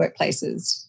workplaces